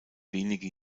wenige